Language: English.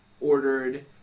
ordered